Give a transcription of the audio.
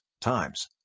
times